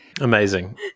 amazing